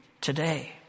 today